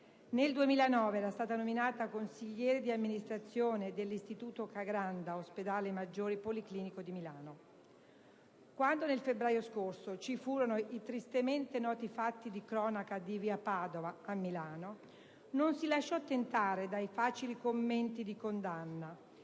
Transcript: Nel 2009 era stata nominata consigliere di amministrazione dell'IRCCS Ca' Granda - Ospedale Maggiore Policlinico di Milano. Quando nel febbraio scorso, ci furono i tristemente noti fatti di cronaca di via Padova a Milano, non si lasciò tentare dai facili commenti di condanna,